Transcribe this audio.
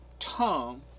Tongue